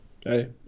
Hey